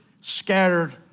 scattered